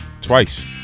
Twice